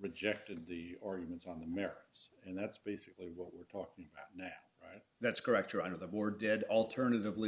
rejected the arguments on the merits and that's basically what we're talking about now right that's correct your honor the war dead alternatively